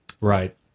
Right